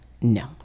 No